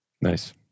Nice